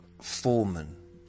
Foreman